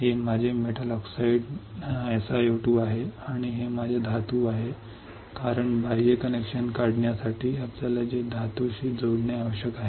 हे माझे metal oxide आहे जे SiO2 आहे आणि हे माझे धातू आहे कारण बाह्य कनेक्शन काढण्यासाठी आपल्याला ते धातूशी जोडणे आवश्यक आहे